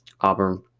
Auburn